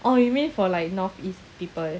oh you mean for like north-east people